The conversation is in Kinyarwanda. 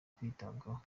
kwitabwaho